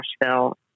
Nashville